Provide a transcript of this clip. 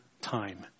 time